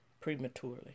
prematurely